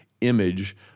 image